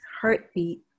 heartbeat